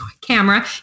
camera